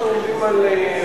אנחנו עומדים על מליאה.